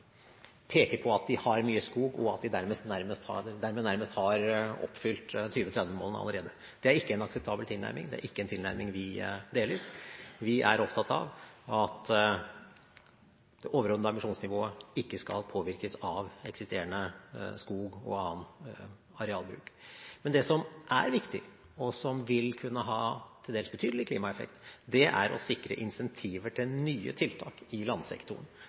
peker på at de har mye skog, og at de dermed nærmest har oppfylt 2030-målene allerede. Det er ikke en akseptabel tilnærming. Det er ikke en tilnærming vi deler. Vi er opptatt av at det overordnede ambisjonsnivået ikke skal påvirkes av eksisterende skog og annen arealbruk. Men det som er viktig, og som vil kunne ha til dels betydelig klimaeffekt, er å sikre incentiver til nye tiltak i landsektoren,